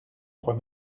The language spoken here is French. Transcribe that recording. trois